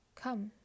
Come